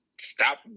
stop